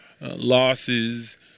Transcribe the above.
losses